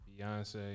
Beyonce